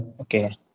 okay